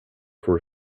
for